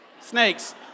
Snakes